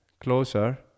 closer